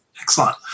Excellent